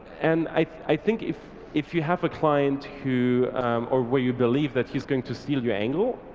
and i think if if you have a client who or where you believe that he's going to steal your angle,